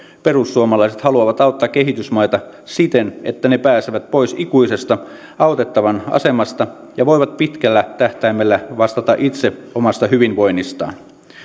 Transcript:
perussuomalaiset haluavat auttaa kehitysmaita siten että ne pääsevät pois ikuisesta autettavan asemasta ja voivat pitkällä tähtäimellä vastata itse omasta hyvinvoinnistaan